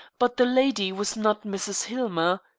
but the lady was not mrs. hillmer.